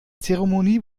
zeremonie